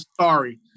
sorry